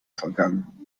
vergangen